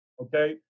okay